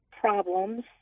problems